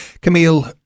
Camille